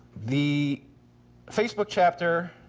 the facebook chapter.